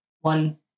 one